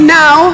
now